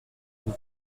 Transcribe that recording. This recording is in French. vous